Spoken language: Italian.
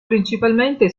principalmente